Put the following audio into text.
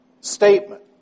statement